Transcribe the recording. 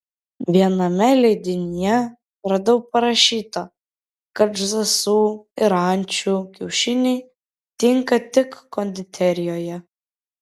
viename leidinyje radau parašyta kad žąsų ir ančių kiaušiniai tinka tik konditerijoje